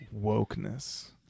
wokeness